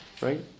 right